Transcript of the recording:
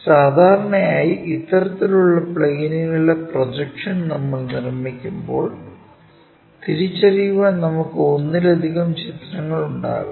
സാധാരണയായി ഇത്തരത്തിലുള്ള പ്ളേനുകളുടെ പ്രൊജക്ഷൻ നമ്മൾ നിർമ്മിക്കുമ്പോൾ തിരിച്ചറിയാൻ നമുക്ക് ഒന്നിലധികം ചിത്രങ്ങൾ ഉണ്ടാകും